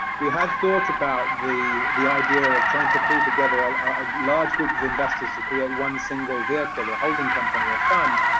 we have thought about the the idea of trying to pull together a ah large group of investors to create one single vehicle or holding company or fund,